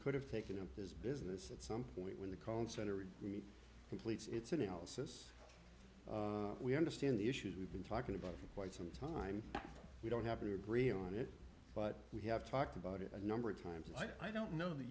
could have taken up this business at some point when the concept or agreement completes its analysis we understand the issues we've been talking about for quite some time we don't have to agree on it but we have talked about it a number of times i don't know that